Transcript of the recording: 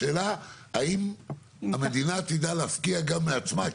השאלה האם המדינה תדע להפקיע גם מעצמה,